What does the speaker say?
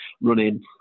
running